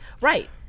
Right